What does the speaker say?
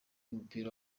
w’umupira